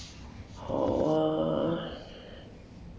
好啊